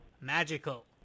Magical